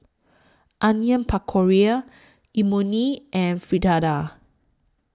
Onion Pakora Imoni and Fritada